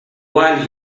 while